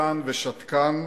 הססן ושתקן,